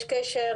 יש קשר.